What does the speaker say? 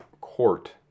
Court